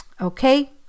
Okay